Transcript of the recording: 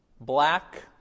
Black